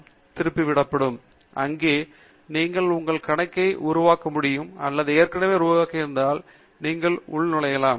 com க்கு திருப்பிவிடப்படும் அங்கு நீங்கள் உங்கள் கணக்கை உருவாக்க முடியும் அல்லது ஏற்கனவே உருவாக்கியிருந்தால் நீங்கள் உள்நுழையலாம்